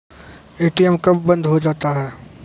ATM कब बंद हो जाता हैं?